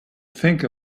think